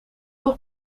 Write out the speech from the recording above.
nog